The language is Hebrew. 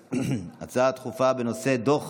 הצעה דחופה לסדר-היום בנושא: דוח